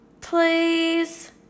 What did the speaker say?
Please